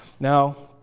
now,